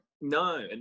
No